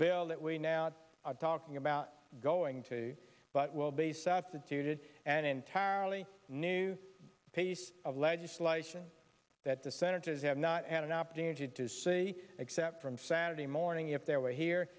bill that we now are talking about going to but will base up that suited an entirely new piece of legislation that the senators have not had an opportunity to see except from saturday morning if there were here